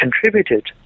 contributed